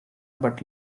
but